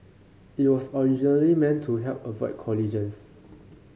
it was originally meant to help avoid collisions